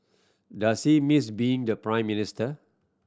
does he miss being the Prime Minister